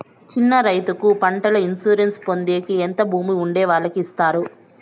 చిన్న రైతుకు పంటల ఇన్సూరెన్సు పొందేకి ఎంత భూమి ఉండే వాళ్ళకి ఇస్తారు?